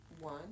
one